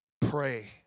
Pray